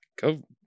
go